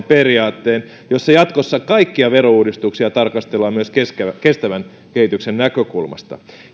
periaatteen jossa jatkossa kaikkia verouudistuksia tarkastellaan myös kestävän kestävän kehityksen näkökulmasta